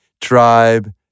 tribe